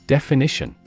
Definition